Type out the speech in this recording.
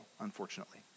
unfortunately